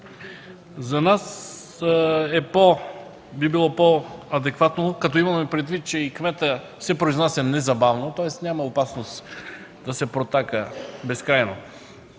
За нас би било по-адекватно, като имаме предвид, че кметът се произнася незабавно, тоест няма опасност да се протака безкрайно